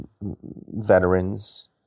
veterans